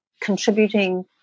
contributing